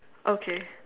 okay